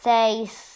Says